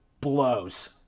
blows